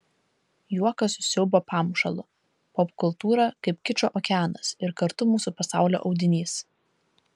juokas su siaubo pamušalu popkultūra kaip kičo okeanas ir kartu mūsų pasaulio audinys